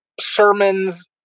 sermons